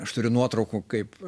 aš turiu nuotraukų kaip